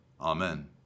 Amen